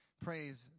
Praise